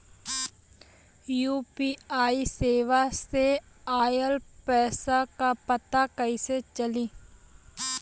UPI सेवा से ऑयल पैसा क पता कइसे चली?